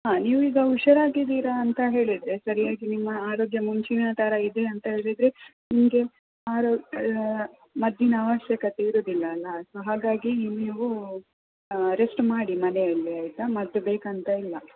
ಹಾಂ ನೀವೀಗ ಹುಷಾರಾಗಿದ್ದೀರ ಅಂತ ಹೇಳಿದರೆ ಸರಿಯಾಗಿ ನಿಮ್ಮ ಆರೋಗ್ಯ ಮುಂಚಿನ ಥರ ಇದೆ ಅಂತ ಹೇಳಿದರೆ ನಿಮಗೆ ಆರೋ ಮದ್ದಿನ ಅವಶ್ಯಕತೆ ಇರುವುದಿಲ್ಲ ಅಲ್ಲ ಸೊ ಹಾಗಾಗಿ ನೀವು ರೆಸ್ಟ್ ಮಾಡಿ ಮನೆಯಲ್ಲೆ ಆಯಿತಾ ಮದ್ದು ಬೇಕಂತ ಇಲ್ಲ